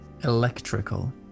electrical